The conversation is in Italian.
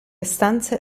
stanze